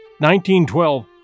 1912